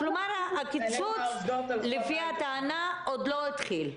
כלומר, הקיצוץ לפי הטענה עוד לא התחיל.